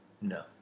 No